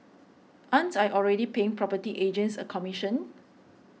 aren't I already paying property agents a commission